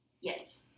Yes